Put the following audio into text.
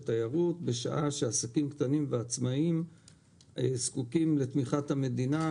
תיירות בשעה שעסקים קטנים ועצמאיים זקוקים לתמיכת המדינה,